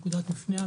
נקודת מפנה,